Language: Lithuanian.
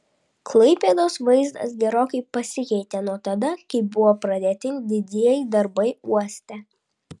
klaipėdos vaizdas gerokai pasikeitė nuo tada kai buvo pradėti didieji darbai uoste